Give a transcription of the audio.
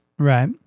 Right